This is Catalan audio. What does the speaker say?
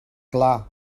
clar